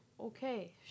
okay